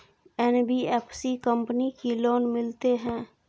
NBFC company की loan मिलते है?